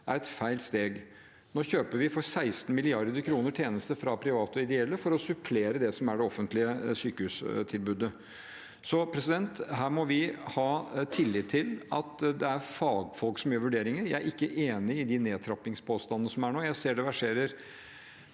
er et feil steg. Nå kjøper vi – for 16 mrd. kr – tjenester fra private og ideelle for å supplere det offentlige sykehustilbudet. Her må vi ha tillit til at det er fagfolk som gjør vurderinger. Jeg er ikke enig i de nedtrappingspåstandene som er nå. Jeg ser det verserer